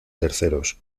terceros